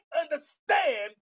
understand